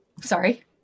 sorry